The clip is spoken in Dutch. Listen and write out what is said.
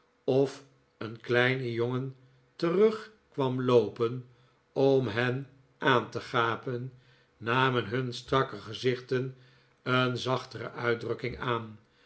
of een kleine jongen terug kwam loopen om hen aan te gapen namen hun strakke gezichten een zachtere uitdrukking aan